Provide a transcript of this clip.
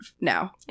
now